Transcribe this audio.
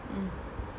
um